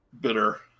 Bitter